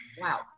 Wow